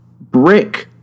brick